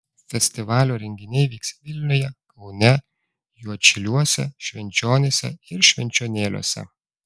festivalio renginiai vyks vilniuje kaune juodšiliuose švenčionyse ir švenčionėliuose